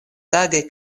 tage